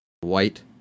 White